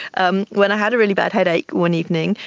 um when i had a really bad headache one evening,